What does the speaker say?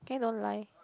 can you don't lie